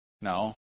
No